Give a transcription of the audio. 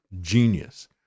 genius